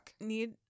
need